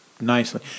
nicely